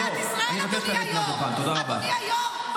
איזה יחסי ציבור,